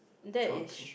kind of thing